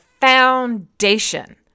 foundation